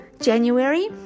January